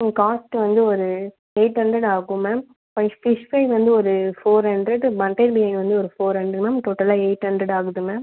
உங்கள் காஸ்ட்டு வந்து ஒரு எயிட் ஹண்ட்ரட் ஆகும் மேம் ஃபைஸ் ஃபிஷ் ப்ரை வந்து ஒரு ஃபோர் ஹண்ட்ரட் மட்டன் பிரியாணி வந்து ஒரு ஃபோர் ஹண்ட்ரட் மேம் டோட்டலாக எயிட் ஹண்ட்ரட் ஆகுது மேம்